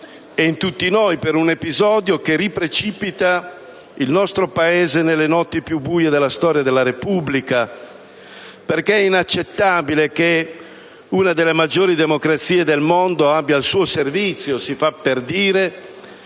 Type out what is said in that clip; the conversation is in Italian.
e in tutti noi per un episodio che fa precipitare nuovamente il nostro Paese nelle notti più buie della storia della Repubblica. È infatti inaccettabile che una delle maggiori democrazie del mondo abbia al suo servizio - si fa per dire